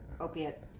opiate